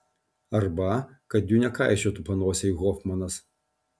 arba kad jų nekaišiotų panosėn hofmanas